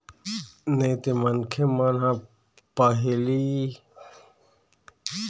नइते मनखे मन ह पहिली मनमाने कमावत रिहिस हवय फेर टेक्स भरते नइ रिहिस हवय